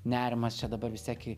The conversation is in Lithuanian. nerimas čia dabar vistiek